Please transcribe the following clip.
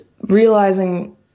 realizing